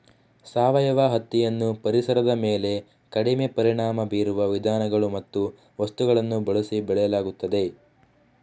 ಸಾವಯವ ಹತ್ತಿಯನ್ನು ಪರಿಸರದ ಮೇಲೆ ಕಡಿಮೆ ಪರಿಣಾಮ ಬೀರುವ ವಿಧಾನಗಳು ಮತ್ತು ವಸ್ತುಗಳನ್ನು ಬಳಸಿ ಬೆಳೆಯಲಾಗುತ್ತದೆ